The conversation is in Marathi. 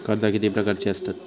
कर्जा किती प्रकारची आसतत